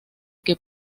que